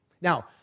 Now